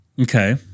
okay